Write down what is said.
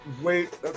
Wait